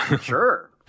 sure